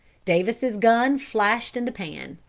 davis' gun flashed in the pan.